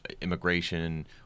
immigration